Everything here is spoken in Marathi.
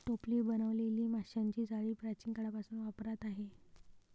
टोपली बनवलेली माशांची जाळी प्राचीन काळापासून वापरात आहे